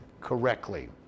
correctly